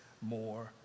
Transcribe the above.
more